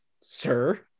sir